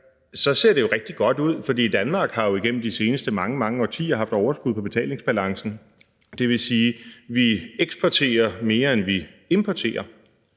ser det rigtig godt ud, for Danmark har jo igennem de seneste mange, mange årtier haft overskud på betalingsbalancen, det vil sige, at vi eksporterer mere, end vi importerer.